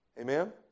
Amen